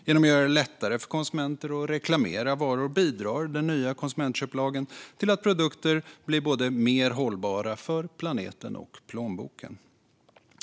Genom att göra det lättare för konsumenter att reklamera varor bidrar den nya konsumentköplagen till att produkter blir mer hållbara för både planeten och plånboken.